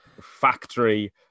factory